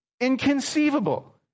Inconceivable